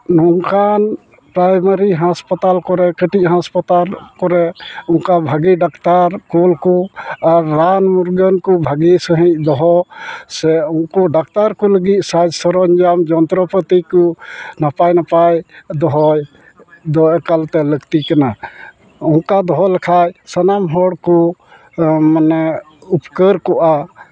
ᱱᱚᱝᱠᱟᱱ ᱯᱨᱟᱭᱢᱟᱨᱤ ᱠᱚᱨᱮ ᱠᱟᱹᱴᱤᱡ ᱦᱚᱸ ᱦᱟᱥᱯᱟᱛᱟᱞ ᱠᱚᱨᱮ ᱠᱟᱹᱴᱤᱡ ᱦᱟᱥᱯᱟᱛᱟᱞ ᱠᱚᱨᱮ ᱚᱱᱠᱟ ᱵᱷᱟᱹᱜᱤ ᱰᱟᱠᱛᱟᱨ ᱠᱩᱞ ᱠᱚ ᱟᱨ ᱨᱟᱱ ᱢᱩᱨᱜᱟᱹᱱ ᱠᱚ ᱵᱷᱟᱹᱜᱤ ᱥᱟᱹᱦᱤᱡ ᱫᱚᱦᱚ ᱥᱮ ᱩᱱᱠᱩ ᱰᱟᱠᱛᱟᱨ ᱠᱚ ᱞᱟᱹᱜᱤᱫ ᱥᱟᱡᱽ ᱥᱚᱨᱚᱧᱡᱟᱢ ᱡᱚᱱᱛᱨᱚᱯᱟᱹᱛᱤ ᱠᱚ ᱱᱟᱯᱟᱭ ᱱᱟᱯᱟᱭ ᱫᱚᱦᱚᱭ ᱫᱚ ᱮᱠᱟᱞ ᱛᱮ ᱞᱟᱹᱠᱛᱤᱜ ᱠᱟᱱᱟ ᱚᱱᱠᱟ ᱫᱚᱦᱚ ᱞᱮᱠᱷᱟᱡ ᱥᱟᱱᱟᱢ ᱦᱚᱲ ᱠᱚ ᱢᱟᱱᱮ ᱩᱯᱠᱟᱹᱨ ᱠᱚᱜᱼᱟ